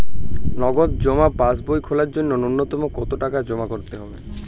নগদ জমা পাসবই খোলার জন্য নূন্যতম কতো টাকা জমা করতে হবে?